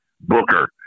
Booker